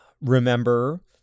Remember